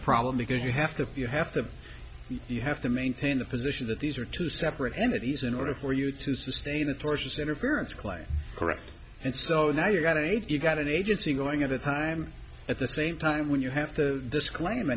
problem because you have to you have to you have to maintain the position that these are two separate entities in order for you to sustain a tortious interference client correct and so now you've got today you've got an agency going at a time at the same time when you have to disclaim